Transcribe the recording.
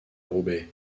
roubaix